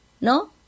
No